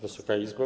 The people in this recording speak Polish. Wysoka Izbo!